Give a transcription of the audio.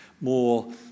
more